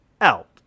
out